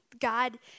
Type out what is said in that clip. God